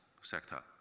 sector